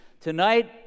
tonight